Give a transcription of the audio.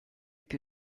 più